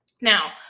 Now